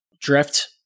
Drift